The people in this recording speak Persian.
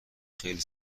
خیلی